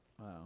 wow